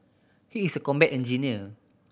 he is a combat engineer